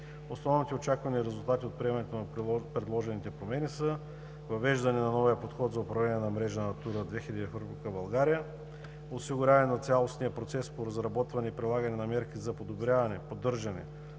Основните очаквани резултати от приемането на предложените промени са: - въвеждане на новия подход за управление на мрежата „Натура 2000“ в Република България; - осигуряване на цялостния процес по разработване и прилагане на мерки за подобряване/поддържане